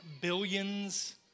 billions